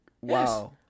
wow